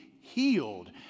healed